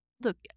look